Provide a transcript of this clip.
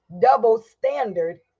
double-standard